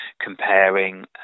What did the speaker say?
comparing